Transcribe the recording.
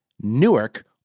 Newark